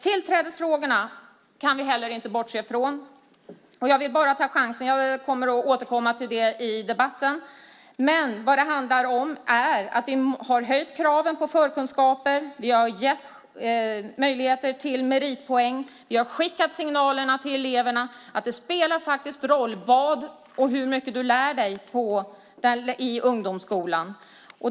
Tillträdesfrågorna kan vi heller inte bortse från. Jag kommer att återkomma till det i debatten. Men vad det handlar om är att vi har höjt kraven på förkunskaper. Vi har gett möjligheter till meritpoäng. Vi har skickat signaler till eleverna om att det faktiskt spelar roll vad och hur mycket de lär sig i ungdomsskolan.